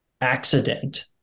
accident